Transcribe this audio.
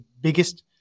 biggest